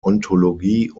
ontologie